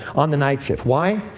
on the night shift. why?